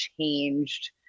changed